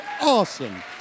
awesome